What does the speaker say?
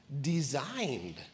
designed